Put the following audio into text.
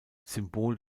symbol